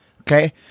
Okay